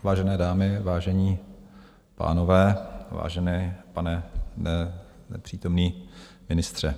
Vážené dámy, vážení pánové, vážený pane nepřítomný ministře.